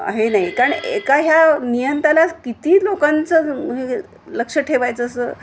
आहे नाही कारण एका ह्या नियंत्याला किती लोकांचं हे लक्ष ठेवायचं असं